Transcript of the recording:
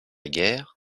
guerre